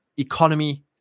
economy